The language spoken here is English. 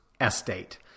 estate